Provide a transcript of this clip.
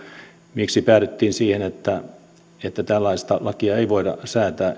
miksi päädyttiin siihen että että tällaista lakia ei voida säätää